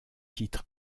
titre